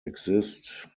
exist